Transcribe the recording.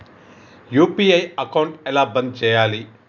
UPI account ఎలా బంద్ చేయాలి?